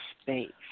space